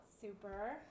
Super